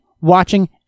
watching